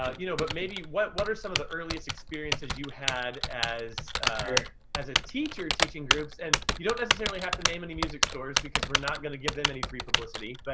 ah you know but maybe what what are some of the earliest experiences you had as as a teacher teaching groups and you don't nescessarily have to name any music stores, because we're not gonna give them any free publicity, but.